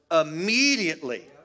immediately